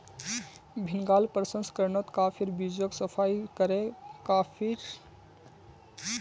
भीन्गाल प्रशंस्कर्नोत काफिर बीजोक सफाई करे काफिर खराब बीज लाक अलग करे दियाल जाहा